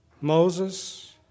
Moses